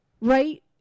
right